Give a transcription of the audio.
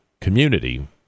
community